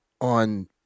on